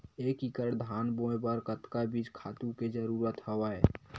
एक एकड़ धान बोय बर कतका बीज खातु के जरूरत हवय?